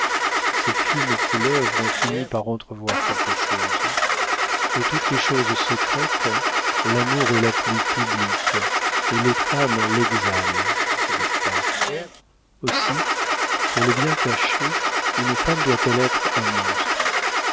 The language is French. ces fines couleuvres ont fini par entrevoir quelque chose de toutes les choses secrètes l'amour est la plus publique et les femmes l'exhalent je crois aussi pour le bien cacher une femme doit-elle être un monstre